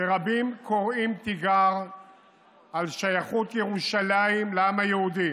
שבהם רבים קוראים תיגר על שייכות ירושלים לעם היהודי,